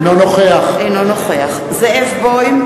אינו נוכח זאב בוים,